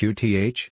Qth